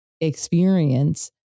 experience